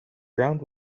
ground